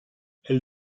elle